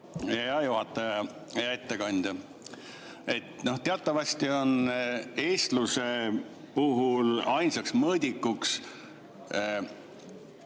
Hea ettekandja! Teatavasti on eestluse puhul ainsaks mõõdikuks